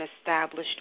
established